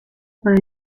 para